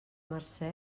mercè